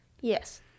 Yes